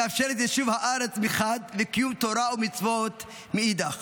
מאפשרת את יישוב הארץ מחד וקיום תורה ומצוות מאידך.